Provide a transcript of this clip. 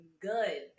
good